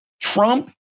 Trump